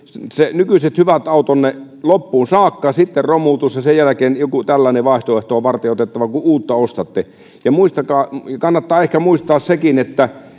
nykyiset hyvät autonne loppuun saakka sitten romutus ja sen jälkeen joku tällainen vaihtoehto on varteenotettava kun uutta ostatte kannattaa ehkä muistaa sekin että